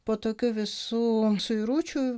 po tokių visų suiručių